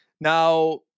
Now